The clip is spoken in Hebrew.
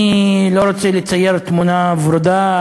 אני לא רוצה לצייר תמונה ורודה,